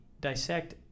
dissect